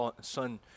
son